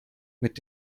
mit